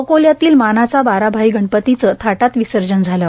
अकोल्यातील मानाचा बाराभाई गणपती चं थाटात विसर्जन झालं